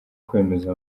kwemeza